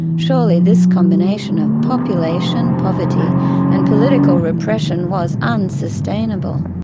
surely this combination of population, poverty and political repression was unsustainable.